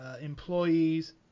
employees